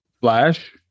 Flash